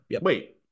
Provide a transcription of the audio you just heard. Wait